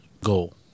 goal